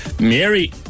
Mary